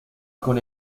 con